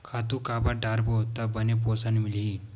खातु काबर डारबो त बने पोषण मिलही?